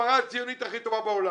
הפרה הציונית היא הכי טובה בעולם.